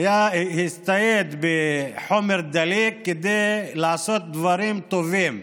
בכך שהצטייד בחומר דליק כדי לעשות דברים טובים,